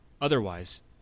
Otherwise